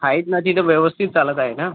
आहेत ना तिथं व्यवस्थित चालत आहे ना